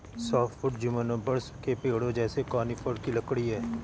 softwood gymnosperm के पेड़ों जैसे कॉनिफ़र की लकड़ी है